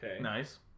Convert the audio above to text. Nice